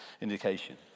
indication